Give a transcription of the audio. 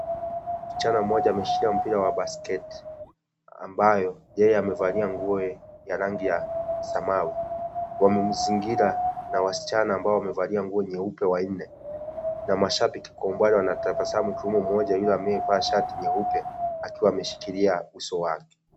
Kijana mmoja ameshikilia mpira wa basketi ambayo yeye amevalia nguo ya rangi ya samawi wamemzingira na wasichana ambao wamevalia nguo nyeupe wanne na mashabiki kwa umbali wanatabasamu akiwemo mmoja ambaye amevaa nguo nyeupe akiwa ameshikilia uso wake.